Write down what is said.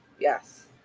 Yes